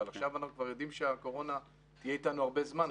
אבל עכשיו אנחנו יודעים שהקורונה תהיה איתנו הרבה זמן,